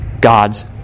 God's